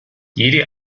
jede